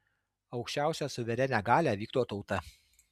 aukščiausią suverenią galią vykdo tauta